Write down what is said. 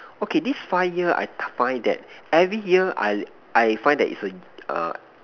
okay this five year I find that every year I I find that it's a err